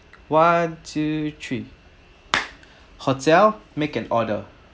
one two three hotel make an order